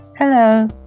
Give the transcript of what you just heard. Hello